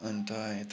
अन्त यता